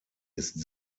ist